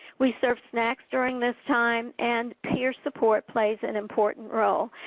we serve snacks during this time, and peer support plays an important role.